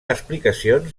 explicacions